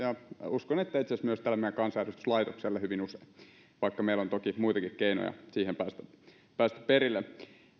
uskon että itse asiassa myös tälle meidän kansanedustuslaitoksellemme hyvin usein vaikka meillä on toki muitakin keinoja siitä päästä perille